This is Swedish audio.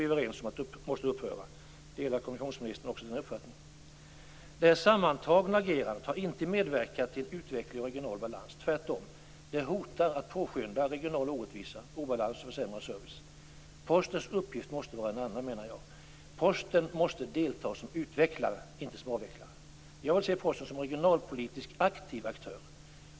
Det förutsätter jag att vi är överens om. Delar kommunikationsministern också den här uppfattningen? Det sammantagna agerandet har inte medverkat till utveckling och regional balans, tvärtom. Det hotar att påskynda regional orättvisa, obalans och sämre service. Postens uppgift måste vara en annan, menar jag. Posten måste delta som utvecklare, inte som avvecklare. Jag vill se Posten som regionalpolitiskt aktiv aktör.